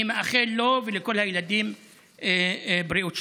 אני מאחל לו ולכל הילדים בריאות שלמה.